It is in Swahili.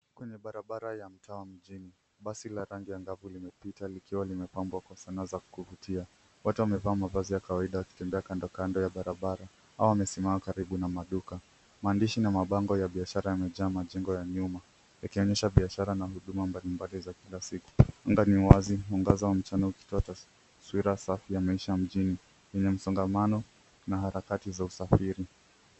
Kwenye barabara ya mtaa wa mjini, basi la rangi angavu limepita likiwa limepambwa kwa sanaa za kuvutia. Watu wamevaa mavazi ya kawaida wakitembea kando kando ya barabara au wamesimama karibu na maduka. Maandishi na mabango ya biashara yamejaa majengo ya nyuma, yakionyesha biashara na huduma mbalimbali za kila siku. Anga ni wazi, mwangaza wa mchana ukitoa taswira safi ya maisha mjini yenye msongamano na harakati za usafiri.